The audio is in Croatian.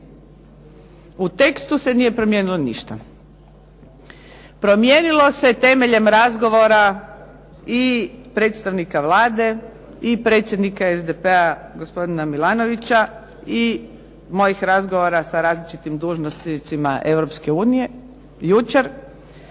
U tekstu se nije promijenilo ništa. Promijenilo se temeljem razgovora i predstavnika Vlade i predsjednika SDP-a gospodina Milanovića, i mojih razgovora sa različitim dužnosnicima Europske